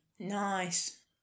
nice